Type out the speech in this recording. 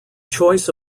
choice